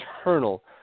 eternal